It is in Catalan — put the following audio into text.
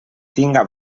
tinga